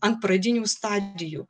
ant pradinių stadijų